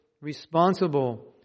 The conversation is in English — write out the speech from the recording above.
responsible